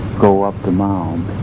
go up the mound